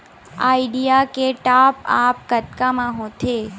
Idea के top आप कतका म होथे?